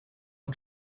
und